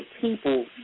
People